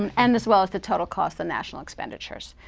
um and as well as the total cost the national expenditures,